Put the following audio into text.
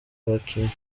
abakinnyi